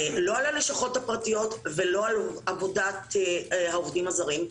לא על הלשכות הפרטיות ולא על עבודת העובדים הזרים.